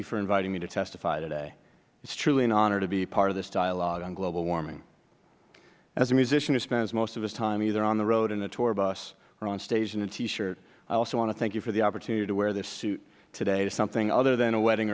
you for inviting me to testify today it is truly an honor to be part of this dialogue on global warming as a musician who spends most of his time either on the road in a tour bus or on stage in a t shirt i also want to thank you for the opportunity to wear this suit today to something other than a wedding